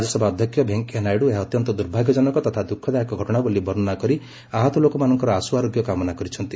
ରାଜ୍ୟସଭା ଅଧ୍ୟକ୍ଷ ଭେଙ୍କେୟା ନାଇଡୁ ଏହା ଅତ୍ୟନ୍ତ ଦୁର୍ଭାଗ୍ୟଜନକ ତଥା ଦୁଃଖଦାୟକ ଘଟଣା ବୋଲି ବର୍ଷନା କରି ଆହତ ଲୋକମାନଙ୍କର ଆଶୁ ଆରୋଗ୍ୟ କାମନା କରିଛନ୍ତି